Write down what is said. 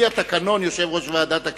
לפי התקנון, יושב-ראש ועדת הכנסת,